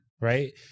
Right